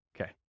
Okay